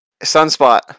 Sunspot